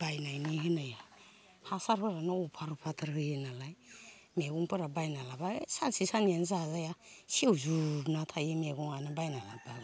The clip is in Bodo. बायनायनि होननाय हासारफोरानो अभार अभारद्राय होयो नालाय मैगंफोरा बायना लाबोब्ला सानसे साननैआनो जाजाया सेवजुबना थायो मैगङानो बायनानै लाबोबाबो